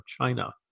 China